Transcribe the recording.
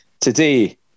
today